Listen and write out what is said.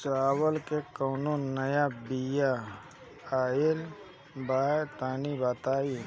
चावल के कउनो नया बिया आइल बा तनि बताइ?